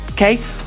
Okay